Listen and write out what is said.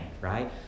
right